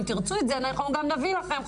אם תרצו אנחנו גם נביא לכם,